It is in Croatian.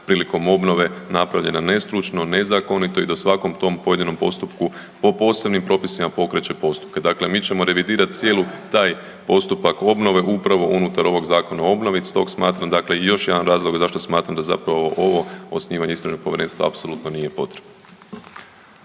prilikom obnove napravljena nestručno, nezakonito i da svakom tom pojedinom postupku po posebnim propisima pokreće postupke. Dakle, mi ćemo revidirati cijeli taj postupak obnove upravo unutar ovoga Zakona o obnovi. Stoga smatram dakle još jedan razlog zašto smatram da zapravo ovo osnivanje Istražnog povjerenstva apsolutno nije potrebno.